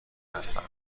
هستند